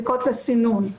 בדיקות לסינון.